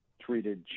treated